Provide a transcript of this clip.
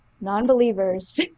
non-believers